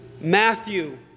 Matthew